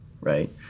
right